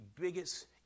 biggest